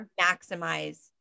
maximize